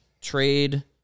trade